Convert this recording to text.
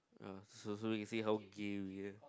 uh so so we can see how gay we are